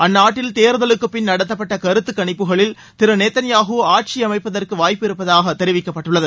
அந்நாட்டில் தேர்தலுக்குப்பின் நடத்தப்பட்ட கருத்துக்கணிப்புகளில் திரு நேத்தன்யாகூ ஆட்சியமைப்பதற்கு வாய்ப்பு இருப்பதாக தெரிவிக்கப்பட்டுள்ளது